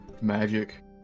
magic